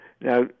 Now